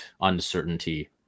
uncertainty